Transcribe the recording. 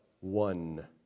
one